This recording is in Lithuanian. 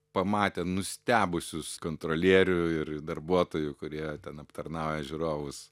pamatė nustebusius kontrolierių ir darbuotojų kurie ten aptarnauja žiūrovus